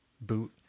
boot